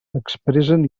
expressen